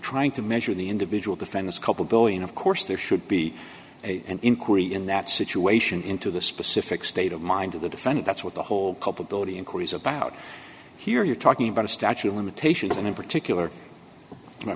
trying to measure the in vidual defend this couple one billion of course there should be a an inquiry in that situation into the specific state of mind of the defendant that's what the whole culpability inquiries about here you're talking about a statute of limitations and in particular